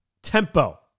Tempo